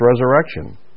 resurrection